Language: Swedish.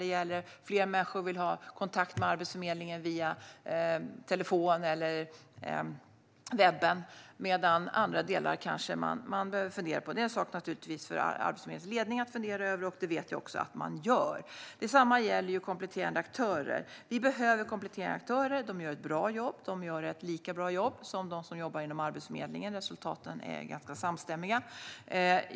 Det gäller att fler människor vill ha kontakt med Arbetsförmedlingen via telefon eller webben. Andra delar behöver man kanske fundera på. Detta är naturligtvis en sak för Arbetsförmedlingens ledning att fundera över. Det vet jag också att man gör. Detsamma gäller kompletterande aktörer. Vi behöver kompletterande aktörer. De gör ett bra jobb, lika bra som de som jobbar inom Arbetsförmedlingen. Resultaten är ganska samstämmiga.